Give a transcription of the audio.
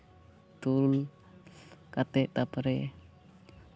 ᱫᱩᱞ ᱠᱟᱛᱮᱜᱫ ᱛᱟᱨᱯᱚᱨᱮ